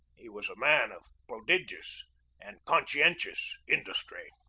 he was man of prodigious and conscien tious industry.